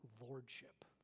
lordship